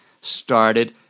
started